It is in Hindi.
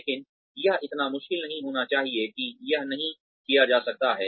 लेकिन यह इतना मुश्किल नहीं होना चाहिए कि यह नहीं किया जा सकता है